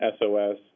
SOS